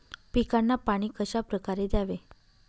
पिकांना पाणी कशाप्रकारे द्यावे?